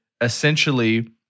essentially